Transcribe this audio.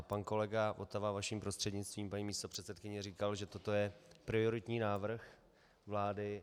Pak kolega Votava, vaším prostřednictvím, paní místopředsedkyně, říkal, že toto je prioritní návrh vlády.